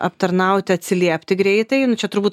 aptarnauti atsiliepti greitai nu čia turbūt